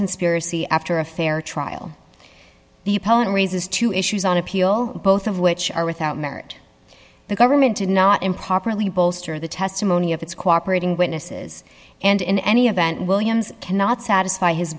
conspiracy after a fair trial the opponent raises two issues on appeal both of which are without merit the government did not improperly bolster the testimony of its cooperating witnesses and in any event williams cannot satisfy his